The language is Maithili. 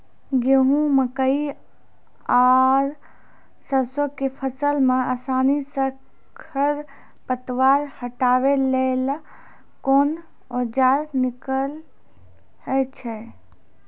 गेहूँ, मकई आर सरसो के फसल मे आसानी सॅ खर पतवार हटावै लेल कून औजार नीक है छै?